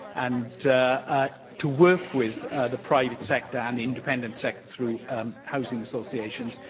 and to to work with the private sector and independent sector through housing associations.